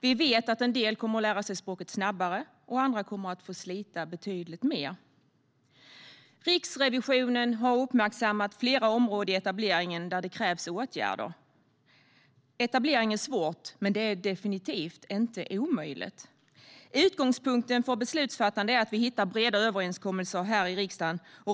Vi vet att en del kommer att lära sig språket snabbare och att andra kommer att få slita betydligt mer. Riksrevisionen har uppmärksammat flera områden i etableringen där det krävs åtgärder. Etablering är svårt men definitivt inte omöjligt. Utgångspunkten för beslutsfattande är att vi hittar breda överenskommelser här i riksdagen.